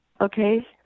okay